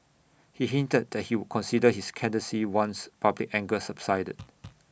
he hinted that he would consider his candidacy once public anger subsided